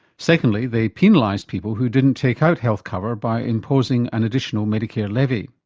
secondly, they penalised people who didn't take out health cover by imposing an additional medicare levy.